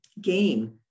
game